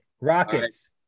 Rockets